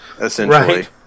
essentially